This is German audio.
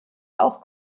auch